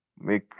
make